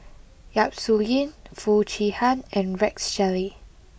Yap Su Yin Foo Chee Han and Rex Shelley